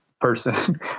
person